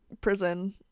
prison